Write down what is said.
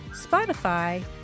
Spotify